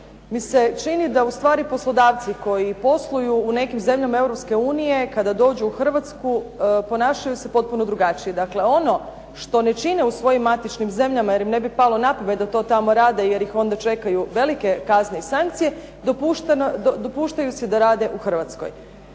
mi se čini da ustvari poslodavci koji posluju u nekim zemljama Europske unije kada dođu u Hrvatsku ponašaju se potpuno drugačije. Dakle, ono što ne čine u svojim matičnim zemljama jer im ne bi palo na pamet da to tamo rade jer ih onda čekaju velike kazne i sankcije dopuštaju si da rade u Hrvatskoj.